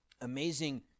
amazing